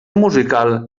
musical